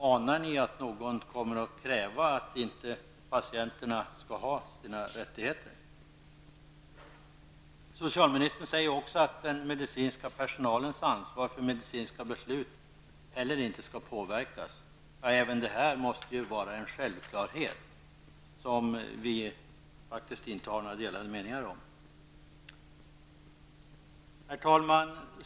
Anar ni att någon kommer att kräva att patienterna inte skall ha kvar sina rättigheter? Socialministern säger också att den medicinska personalens ansvar för medicinska beslut inte heller skall påverkas. Även detta måste vara en självklarhet som vi inte behöver ha några delade meningar om. Herr talman!